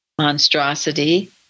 monstrosity